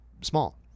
small